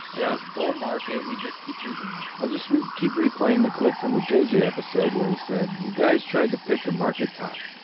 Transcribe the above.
yeah this bull market, we just keep losing money. i'll just keep keep replaying the clip from the jj episode where he said, you guys tried to pick a market top.